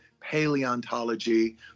paleontology